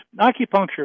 acupuncture